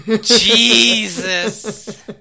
Jesus